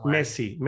Messi